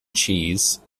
cheese